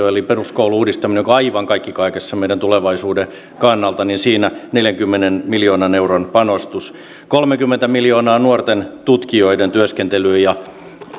eli peruskoulun uudistaminen joka on aivan kaikki kaikessa meidän tulevaisuuden kannalta siihen tulee neljänkymmenen miljoonan euron panostus kolmekymmentä miljoonaa euroa nuorten tutkijoiden työskentelyyn ja